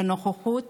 בנוכחות